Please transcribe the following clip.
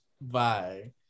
Bye